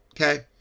okay